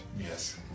Yes